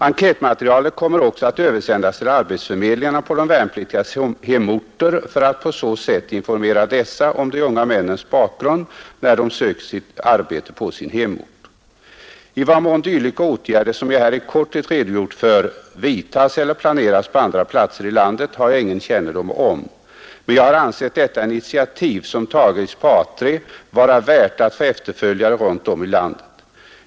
Enkätmaterialet kommer ocksa att översändas till arbetsförmedlingarna på de värnpliktigas hemorter för att på så sätt informera dessa om de unga männens bakgrund, när de söker arbete på sin hemort. I vad män dylika ätgärder, som jag här i korthet redogjort för, vidtas eller planeras på andra platser i landet har jag ingen kännedom om. Men jag har ansett det initiativ som tagits på A 3 vara värt att få efterföljare runt om i landet.